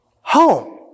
home